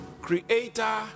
creator